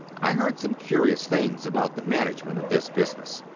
i heard some curious things about the management of this business.